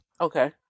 Okay